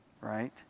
right